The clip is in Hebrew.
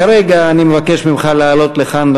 כרגע אני מבקש ממך לעלות לכאן,